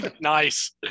Nice